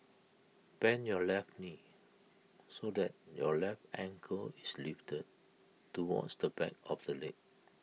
bend your left knee so that your left ankle is lifted towards the back of the leg